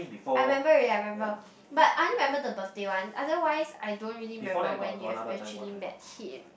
I remember already I remember but I only remember the birthday one otherwise I don't really remember when you have actually met him